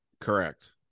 Correct